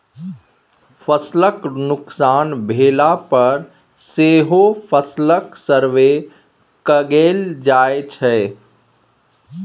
फसलक नोकसान भेला पर सेहो फसलक सर्वे कएल जाइ छै